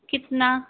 कितना